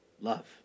love